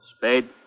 Spade